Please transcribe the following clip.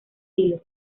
silos